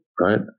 Right